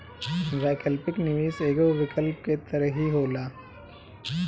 वैकल्पिक निवेश एगो विकल्प के तरही होला